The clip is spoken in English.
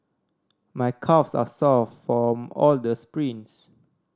my calves are sore from all the sprints